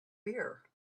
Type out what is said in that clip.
beer